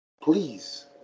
please